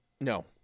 No